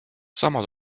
sama